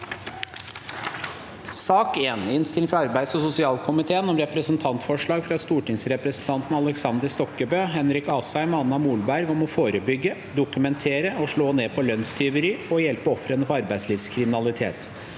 Innstilling fra arbeids- og sosialkomiteen om Repre- sentantforslag fra stortingsrepresentantene Aleksander Stokkebø, Henrik Asheim og Anna Molberg om å fore- bygge, dokumentere og slå ned på lønnstyveri, og hjelpe ofrene for arbeidslivskriminalitet